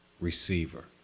receiver